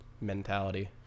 mentality